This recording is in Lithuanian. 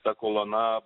ta kolona